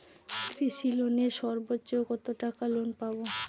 কৃষি লোনে সর্বোচ্চ কত টাকা লোন পাবো?